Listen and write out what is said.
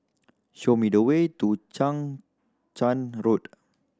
show me the way to Chang Charn Road